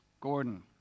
Gordon